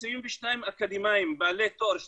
22 אקדמאים בעלי תואר שלישי,